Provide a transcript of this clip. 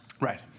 Right